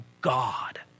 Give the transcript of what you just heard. God